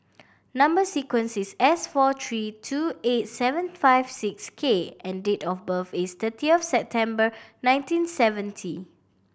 number sequence is S four three two eight seven five six K and date of birth is thirtieth September nineteen seventy